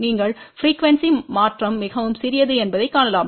நீங்கள் ப்ரிக்யூவென்ஸி மாற்றம் மிகவும் சிறியது என்பதைக் காணலாம்